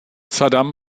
saddam